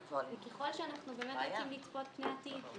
להבהיר שכתב זה באמצעים אלקטרוניים וגם בצ'אט וגם